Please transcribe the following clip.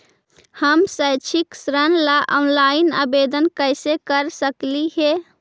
हम शैक्षिक ऋण ला ऑनलाइन आवेदन कैसे कर सकली हे?